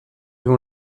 ont